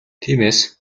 тиймээс